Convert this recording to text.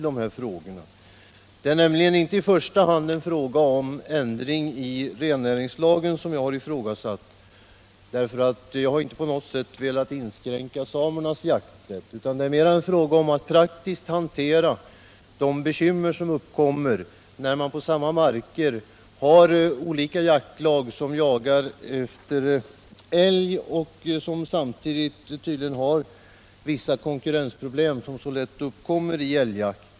Det är nämligen inte i första hand en ändring av rennäringslagen som jag har ifrågasatt — jag har inte på något sätt velat inskränka samernas jakträtt — utan det är mera fråga om att praktiskt hantera de bekymmer och de konkurrensproblem som så lätt uppstår när olika jaktlag på samma marker jagar efter älg.